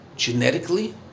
genetically